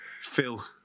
Phil